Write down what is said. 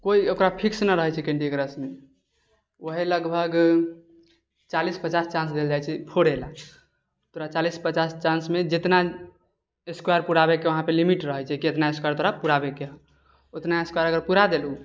कोइ ओकरा फिक्स नहि रहै छै कैन्डी क्रशमे ओहे लगभग चालीस पचास चान्स देल जाइ छै फोड़ै लए तोरा चालीस पचास चान्समे जितना स्क्वायर पुराबैके उहाँ पर लिमिट रहै छै कि एतना तोरा स्क्वायर तोरा पुराबैके हौ ओतना स्क्वायर अगर पुरा देलहि